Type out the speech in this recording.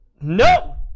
No